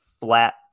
flat